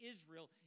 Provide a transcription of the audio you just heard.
Israel